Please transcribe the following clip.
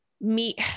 meet